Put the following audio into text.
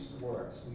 works